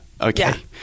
Okay